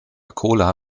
cola